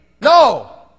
No